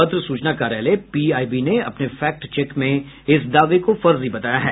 पत्र सूचना कार्यालय पीआईबी ने अपने फैक्ट चेक में इस दावे को फर्जी बताया है